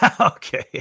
Okay